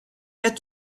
had